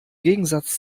gegensatz